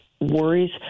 worries